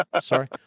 sorry